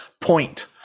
Point